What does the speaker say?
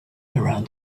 around